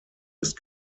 ist